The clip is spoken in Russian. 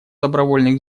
добровольных